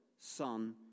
Son